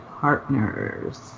partners